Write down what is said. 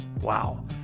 Wow